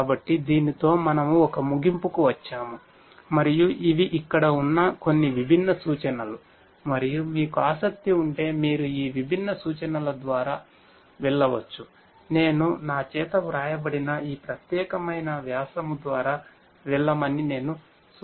కాబట్టి దీనితో మనము ఒక ముగింపుకు వచ్చాము మరియు ఇవి ఇక్కడ ఉన్న కొన్ని విభిన్న సూచనలు మరియు మీకు ఆసక్తి ఉంటే మీరు ఈ విభిన్న సూచనల ద్వారా వెళ్ళవచ్చు నేనునాచేత వ్రాయబడిన ఈ ప్రత్యేకమైన వ్యసము ద్వారా వెళ్ళమని నేను సూచిస్తాను